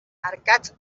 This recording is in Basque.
arkatz